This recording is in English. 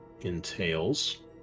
entails